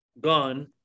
gone